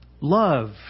love